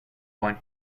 point